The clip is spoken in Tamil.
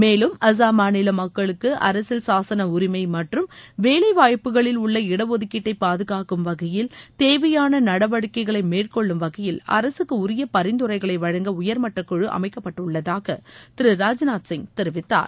மேலும் அசாம் மாநில மக்களுக்கு அரசியல் சாசன உரிமை மற்றும் வேலை வாய்ப்புகளில் உள்ள இடஒதுக்கீட்டை பாதுஙங்கும் வகையில் தேவையான நடவடிக்கைகளை மேற்கொள்ளும் வகையில் அரசுக்கு உரிய பரிந்துரைகளை வழங்க உயர்மட்ட அமைக்கப்பட்டுள்ளதாக கழு திரு ராஜ்நாத் சிங் தெரிவித்தார்